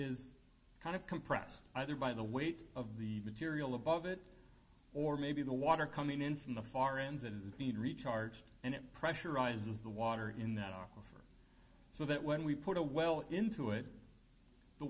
is kind of compressed either by the weight of the material above it or maybe the water coming in from the far end is being recharged and it pressurizes the water in that offer so that when we put a well into it the